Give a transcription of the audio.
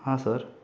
हां सर